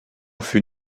fut